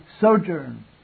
sojourn